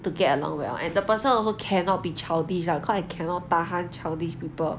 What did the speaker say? to get along well and the person also cannot be childish ah because I cannot tahan childish people